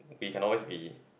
we can always be